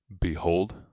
behold